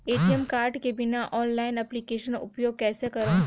ATM card के बिना online application उपयोग कइसे करो?